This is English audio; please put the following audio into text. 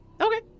Okay